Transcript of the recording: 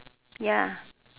ya